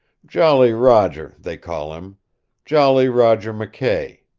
jolly roger, they call him jolly roger mckay.